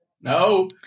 no